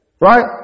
right